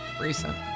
recent